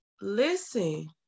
listen